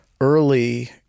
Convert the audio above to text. early